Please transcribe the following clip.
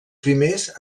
primers